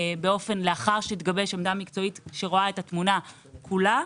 לאחר שתתגבש עמדה מקצועית שרואה את התמונה כולה.